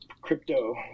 crypto